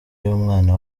y’umwana